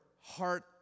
heart